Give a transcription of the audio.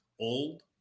old